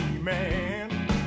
man